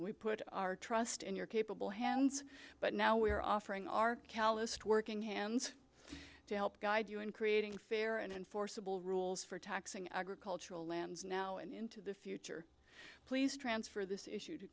we put our trust in your capable hands but now we are offering our calloused working hands to help guide you in creating fair and enforceable rules for taxing agricultural lands now and into the future please transfer this issue to